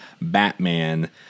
Batman